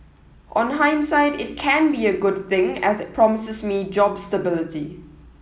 on hindsight it can be a good thing as it promises me job stability